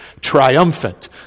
triumphant